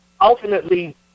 ultimately